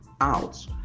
out